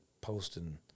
posting